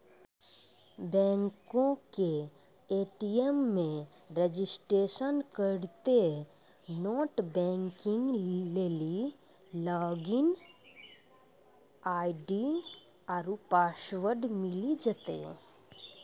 बैंको के ए.टी.एम मे रजिस्ट्रेशन करितेंह नेट बैंकिग लेली लागिन आई.डी आरु पासवर्ड मिली जैतै